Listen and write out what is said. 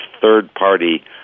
third-party